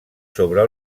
sobre